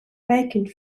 vacant